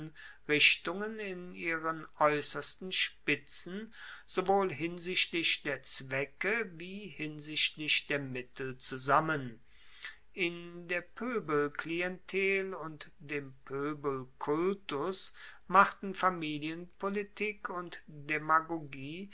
richtungen in ihren aeussersten spitzen sowohl hinsichtlich der zwecke wie hinsichtlich der mittel zusammen in der poebelklientel und dem poebelkultus machten familienpolitik und demagogie